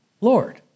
Lord